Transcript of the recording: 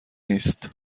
نیست